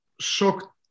shock